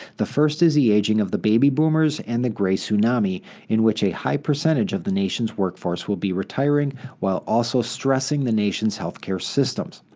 the first is the aging of the baby boomers and the gray tsunami in which a high percentage of the nation's workforce will be retiring while also stressing the nation's healthcare systems.